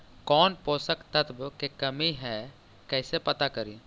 कौन पोषक तत्ब के कमी है कैसे पता करि?